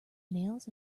nails